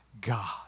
God